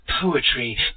poetry